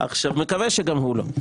מקווה שגם הוא לא.